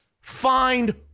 find